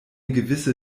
gewisse